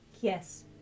Yes